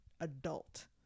adult